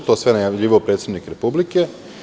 To je sve najavljivao predsednik Republike.